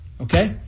Okay